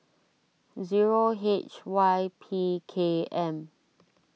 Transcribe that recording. zero H Y P K M